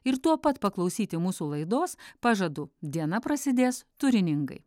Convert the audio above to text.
ir tuo pat paklausyti mūsų laidos pažadu diena prasidės turiningai